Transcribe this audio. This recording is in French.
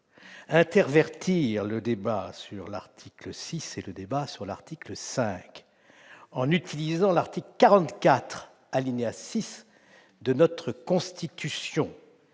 intervertir le débat sur l'article 6 et celui sur l'article 5, en utilisant l'article 44, alinéa 6, de notre règlement,